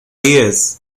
years